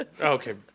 Okay